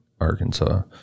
Arkansas